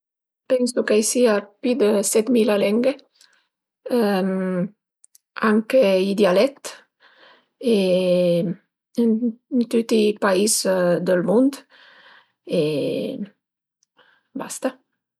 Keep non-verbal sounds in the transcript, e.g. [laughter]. Pensu che a i sia pi dë setmila lenghe, anche i dialèt [hesitation] ën tüti i pais dël mund e basta